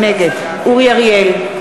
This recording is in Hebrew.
נגד אורי אריאל,